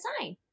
sign